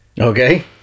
Okay